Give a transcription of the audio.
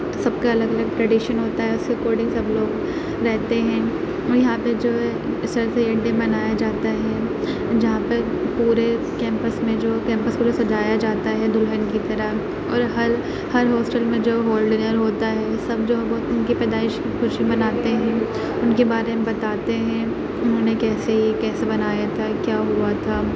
تو سب کا الگ الگ ٹریڈیشن ہوتا ہے اسی کے اکارڈنگ سب لوگ رہتے ہیں اور یہاں پہ جو ہے سر سید ڈے منایا جاتا ہے جہاں پہ پورے کیمپس میں جو کیمپس کو سجایا جاتا ہے دلہن کی طرح اور ہر ہر ہوسٹل میں جو ہول ڈنر ہوتا ہے وہ سب جو ہے بہت ان کے پیدائش پہ خوشی مناتے ہیں ان کے بارے میں بتاتے ہیں انہوں نے کیسے یہ کیسے بنایا تھا کیا ہوا تھا